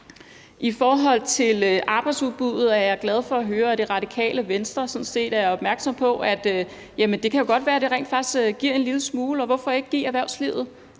I forhold til arbejdsudbuddet er jeg glad for at høre, at Radikale Venstre sådan set er opmærksom på, at det godt kan være, at det rent faktisk giver en lille smule – og hvorfor ikke give erhvervslivet